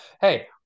Hey